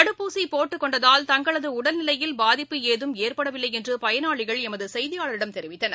தடுப்பூசிபோட்டுக் கொண்டதால் தங்கள துடடல்நிலையில் பாதிப்பு ஏதம் ஏற்படவில்லைஎன்றுபயனாளிகள் எமதுசெய்தியாளரிடம் தெரிவித்தனர்